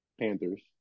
Panthers